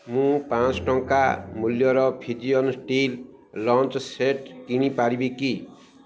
ମୁଁ ପାଞ୍ଚ ଶହ ଟଙ୍କା ମୂଲ୍ୟର ଫିଜିଅନ୍ ଷ୍ଟିଲ୍ ଲଞ୍ଚ୍ ସେଟ୍ କିଣି ପାରିବି କି